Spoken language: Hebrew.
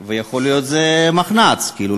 ויכול להיות מחנ"צ, כאילו.